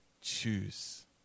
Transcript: Choose